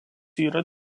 yra